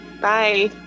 Bye